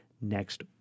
next